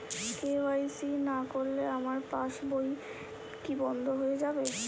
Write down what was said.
KYC না করলে আমার পাশ বই কি বন্ধ হয়ে যাবে?